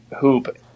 hoop